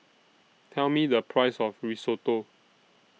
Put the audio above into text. Tell Me The Price of Risotto